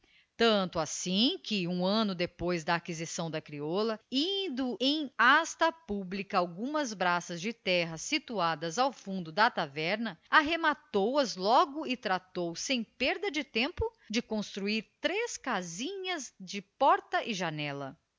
tanto assim que um ano depois da aquisição da crioula indo em hasta pública algumas braças de terra situadas ao fundo da taverna arrematou as logo e tratou sem perda de tempo de construir três casinhas de porta e janela